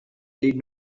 did